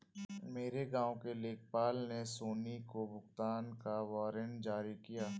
मेरे गांव के लेखपाल ने सोनी को भुगतान का वारंट जारी किया